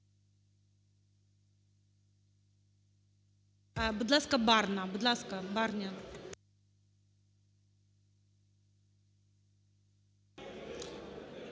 Будь ласка, Барна.